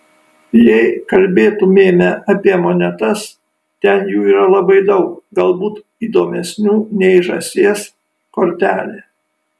jei kalbėtumėme apie monetas ten jų yra labai daug galbūt įdomesnių nei žąsies kortelė